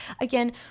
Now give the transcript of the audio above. Again